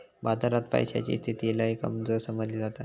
बाजारात पैशाची स्थिती लय कमजोर समजली जाता